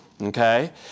Okay